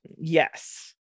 Yes